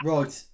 Right